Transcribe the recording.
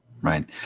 right